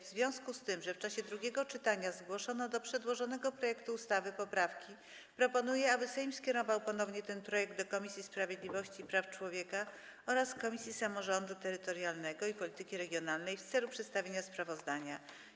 W związku z tym, że w czasie drugiego czytania zgłoszono do przedłożonego projektu ustawy poprawki, proponuję, aby Sejm skierował ponownie ten projekt do Komisji Sprawiedliwości i Praw Człowieka oraz Komisji Samorządu Terytorialnego i Polityki Regionalnej w celu przedstawienia sprawozdania.